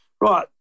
right